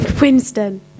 Winston